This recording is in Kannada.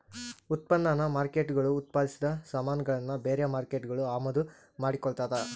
ಉತ್ಪನ್ನ ಮಾರ್ಕೇಟ್ಗುಳು ಉತ್ಪಾದಿಸಿದ ಸಾಮಾನುಗುಳ್ನ ಬೇರೆ ಮಾರ್ಕೇಟ್ಗುಳು ಅಮಾದು ಮಾಡಿಕೊಳ್ತದ